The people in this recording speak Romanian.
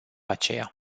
aceea